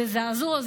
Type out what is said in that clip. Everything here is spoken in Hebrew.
זה זעזוע,